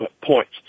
points